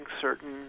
certain